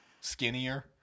Skinnier